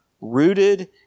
rooted